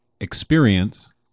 experience